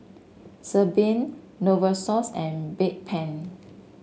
Sebamed Novosource and Bedpan